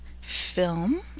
film